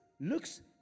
looks